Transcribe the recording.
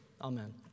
Amen